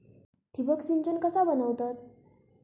ठिबक सिंचन कसा बनवतत?